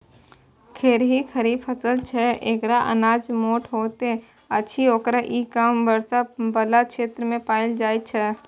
खेरही खरीफ फसल छै एकर अनाज मोट होइत अछि आओर ई कम वर्षा बला क्षेत्रमे पाएल जाइत छै